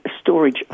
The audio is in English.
storage